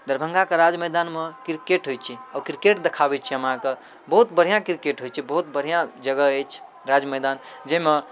दरभङ्गाके राज मैदानमे किरकेट होइ छै ओ किरकेट देखाबै छी हम अहाँके बहुत बढ़िआँ किरकेट होइ छै बहुत बढ़िआँ जगह अछि राज मैदान जाहिमे